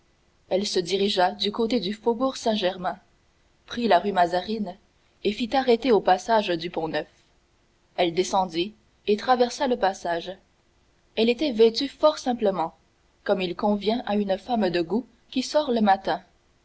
elle se dirigea du côté du faubourg saint-germain prit la rue mazarine et fit arrêter au passage du pont-neuf elle descendit et traversa le passage elle était vêtue fort simplement comme il convient à une femme de goût qui sort le matin